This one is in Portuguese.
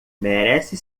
merece